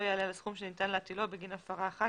יעלה על הסכום שניתן להטילו בגין הפרה אחת,